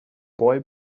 boy